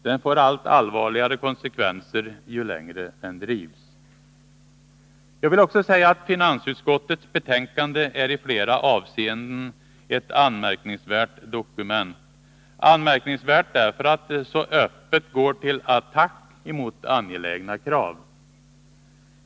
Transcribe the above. Den får allt allvarligare konsekvenser, ju längre den drivs. Finansutskottets betänkande är i flera avseenden ett anmärkningsvärt dokument — anmärkningsvärt därför att det så öppet går till attack mot angelägna krav.